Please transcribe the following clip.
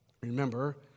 Remember